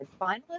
finalist